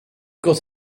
got